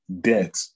debt